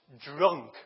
drunk